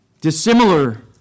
Dissimilar